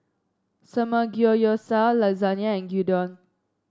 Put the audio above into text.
Samgeyopsal Lasagne and Gyudon